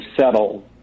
settle